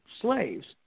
slaves